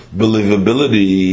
believability